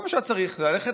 כל מה שהיה צריך זה ללכת